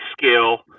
Scale